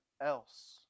else